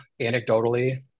anecdotally